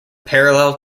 parallel